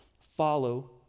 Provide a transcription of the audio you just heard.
Follow